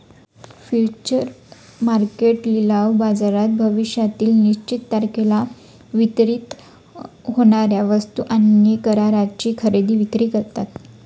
future market लिलाव बाजारात भविष्यातील निश्चित तारखेला वितरित होणार्या वस्तू आणि कराराची खरेदी विक्री करतात